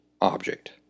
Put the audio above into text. object